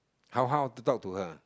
how how to talk to her